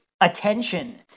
attention